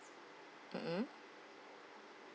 mmhmm